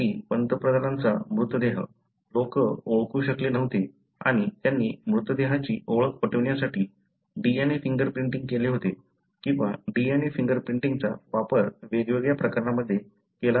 अगदी पंतप्रधानांचा मृतदेह लोक ओळखू शकले नव्हते आणि त्यांनी मृतदेहाची ओळख पटवण्यासाठी DNA फिंगर प्रिंटिंग केले होते किंवा DNA फिंगर प्रिंटिंगचा वापर वेगवेगळ्या प्रकरणांमध्ये केला जात आहे